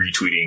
retweeting